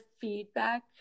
feedback